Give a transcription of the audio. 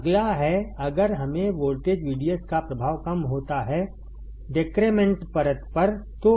अगला है अगर हमें वोल्टेज VDS का प्रभाव कम होता है डेक्रेमेंट परत पर तो